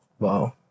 Wow